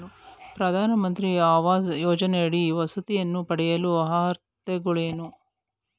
ಪ್ರಧಾನಮಂತ್ರಿ ಆವಾಸ್ ಯೋಜನೆಯಡಿ ವಸತಿಯನ್ನು ಪಡೆಯಲು ಅರ್ಹತೆಗಳೇನು?